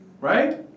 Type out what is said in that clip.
right